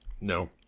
no